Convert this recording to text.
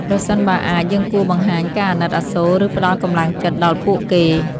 ប្រសិនបើអាច យើងគួរបង្ហាញការអាណិតអាសូរ ឬផ្តល់កម្លាំងចិត្តដល់ពួកគេ។